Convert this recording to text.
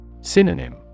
Synonym